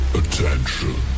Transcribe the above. attention